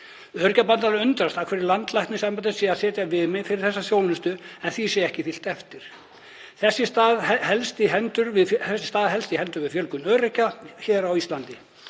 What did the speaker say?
Öryrkjabandalagið undrast af hverju landlæknisembættið sé að setja viðmið fyrir þessa þjónustu en því sé ekki fylgt eftir. Þessi staða helst í hendur við fjölgun öryrkja hér á Íslandi.